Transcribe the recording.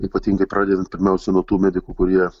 ypatingai pradedant pirmiausia nuo tų medikų kurie